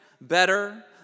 better